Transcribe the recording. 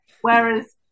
Whereas